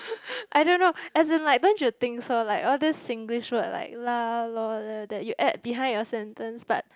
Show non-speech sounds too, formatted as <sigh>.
<laughs> I don't know as in like don't you think so like all those Singlish words like lah loh all that you add behind your sentence but